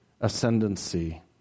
ascendancy